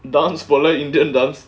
dance spotlight indian dance